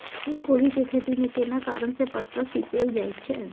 फूलकोबी के खेती में केना कारण से पत्ता सिकुरल जाईत छै?